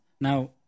Now